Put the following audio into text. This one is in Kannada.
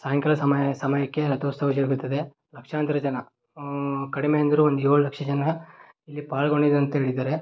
ಸಾಯಂಕಾಲ ಸಮಯ ಸಮಯಕ್ಕೆ ರಥೋತ್ಸವ ಜರಗುತ್ತದೆ ಲಕ್ಷಾಂತರ ಜನ ಕಡಿಮೆ ಅಂದರು ಒಂದು ಏಳು ಲಕ್ಷ ಜನ ಇಲ್ಲಿ ಪಾಲ್ಗೊಂಡಿದ್ರು ಅಂತ ಹೇಳಿದ್ದಾರೆ